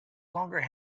longer